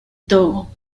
togo